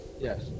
Yes